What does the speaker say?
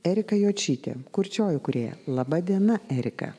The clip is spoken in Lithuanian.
erika jočytė kurčioji kūrėja laba diena erika